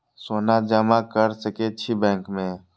सोना जमा कर सके छी बैंक में?